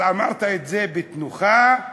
אבל אמרת את זה בתנוחה אחלה.